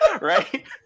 Right